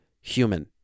human